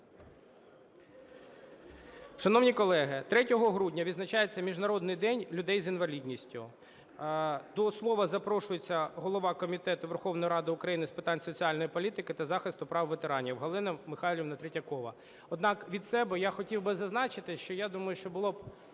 Шановні колеги, 3 грудня відзначається Міжнародний день людей з інвалідністю. До слова запрошується голова Комітету Верховної Ради України з питань соціальної політики та захисту прав ветеранів Галина Михайлівна Третьякова. Однак від себе я хотів би зазначити, що я думаю, що було б